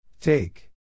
Take